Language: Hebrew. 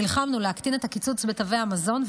נלחמנו להקטין את הקיצוץ בתווי המזון,